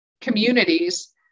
communities